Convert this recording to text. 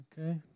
Okay